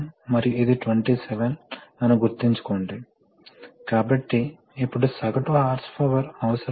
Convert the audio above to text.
కాబట్టి మీకు రెగ్యులేటర్లు లూబ్రికెటర్స్ మరియు వాస్తవానికి ఫిల్టర్ ఉన్నాయి కాబట్టి సాధారణంగా ఈ పరికరాల యొక్క కొన్ని సాధారణ చిత్రాలు